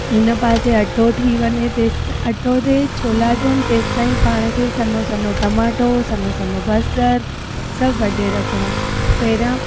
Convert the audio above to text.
हिन पासे अटो थी वञे तेसि ताईं अटो थिए छोला थियनि तेसि ताईं पाण खे सन्हो सन्हो टमाटो सन्हो सन्हो बसरि सभु वढे रखिणो पहिरियों